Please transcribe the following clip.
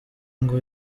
ngo